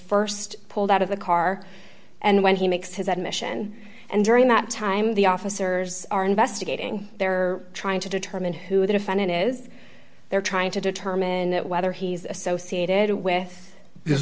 was st pulled out of the car and when he makes his admission and during that time the officers are investigating they're trying to determine who the defendant is they're trying to determine whether he's associated with